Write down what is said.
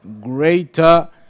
greater